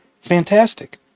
Fantastic